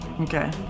Okay